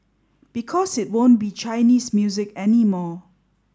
because it won't be Chinese music anymore